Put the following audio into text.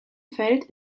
feld